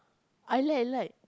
I like I like